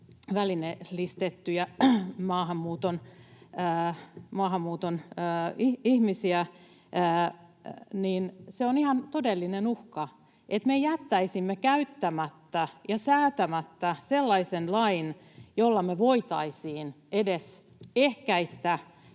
välineellistetyn maahanmuuton ihmisiä, on ihan todellinen uhka. Ettäkö me jättäisimme käyttämättä ja säätämättä sellaisen lain, jolla me voitaisiin edes ehkäistä